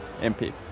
MP